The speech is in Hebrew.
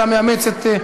אתה מאמץ את,